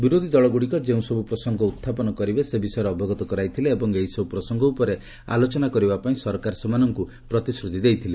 ବିରୋଧୀ ଦଳଗୁଡ଼ିକ ଯେଉଁସବ୍ ପ୍ରସଙ୍ଗ ଉହ୍ରାପନ କରିବେ ସେ ବିଷୟରେ ଅବଗତ କରାଇଥିଲେ ଏବଂ ଏହିସବ୍ଧ ପ୍ରସଙ୍ଗ ଉପରେ ଆଲୋଚନା କରିବା ପାଇଁ ସରକାର ସେମାନଙ୍କୁ ପ୍ରତିଶ୍ରତି ଦେଇଥିଲେ